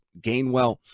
gainwell